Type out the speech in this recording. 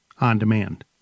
on-demand